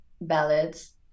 ballads